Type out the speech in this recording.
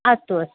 अस्तु अस्तु